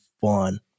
fun